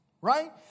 right